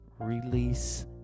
release